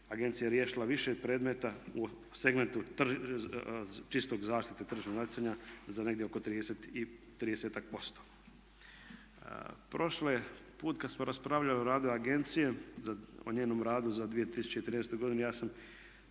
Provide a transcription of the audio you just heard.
agencija riješila više predmeta u segmentu čistog zaštite tržnog natjecanja za negdje oko tridesetak posto. Prošli put kada smo raspravljali o radu agencije, o njenom radu za 2013. godinu